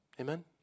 Amen